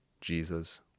Jesus